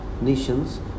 nations